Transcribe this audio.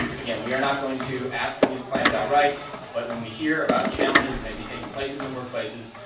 again, we are not going to ask for these plans outright, but when we hear about challenges that may be taking places in workplaces,